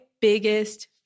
biggest